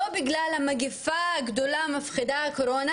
לא בגלל המגפה הגדולה המפחידה הקורונה,